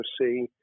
see